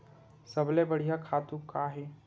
सबले बढ़िया खातु का हे?